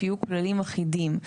שיהיו כללים אחידים.